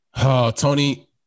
Tony